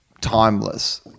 timeless